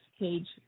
Page